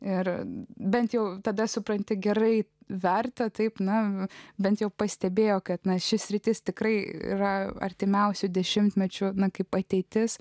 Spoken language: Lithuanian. ir bent jau tada supranti gerai vertę taip na bent jau pastebėjo ketina ši sritis tikrai yra artimiausiu dešimtmečiu na kaip ateitis